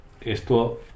esto